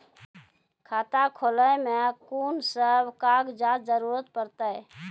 खाता खोलै मे कून सब कागजात जरूरत परतै?